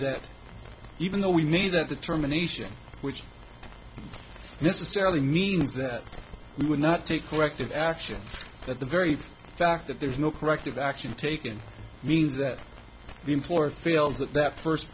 that even though we need that determination which necessarily means that we would not take corrective action that the very fact that there's no corrective action taken means that the employer feels that that first